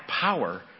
power